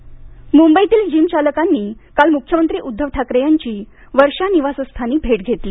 व्यायामशाळा म्बईतील जिम चालकांनी काल मुख्यमंत्री उद्धव ठाकरे यांची वर्षा निवासस्थानी भेट घेतली